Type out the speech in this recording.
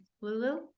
Lulu